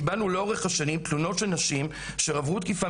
קיבלנו לאורך השנים תלונות של נשים אשר עברו תקיפה